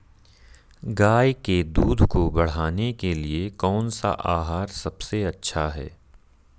गाय के दूध को बढ़ाने के लिए कौनसा आहार सबसे अच्छा है?